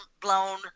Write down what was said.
blown